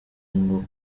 ngo